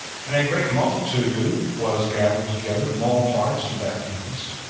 and a great multitude was gathered together from all parts to that feast,